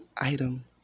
item